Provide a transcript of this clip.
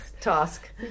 task